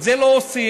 את זה לא עושים.